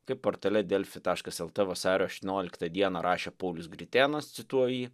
kaip portale delfi taškas lt vasario aštuonioliktą dieną rašė paulius gritėnas cituoju jį